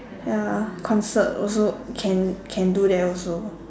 ya concert also can can do that also